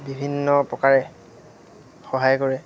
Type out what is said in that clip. বিভিন্ন প্ৰকাৰে সহায় কৰে